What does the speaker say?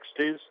60s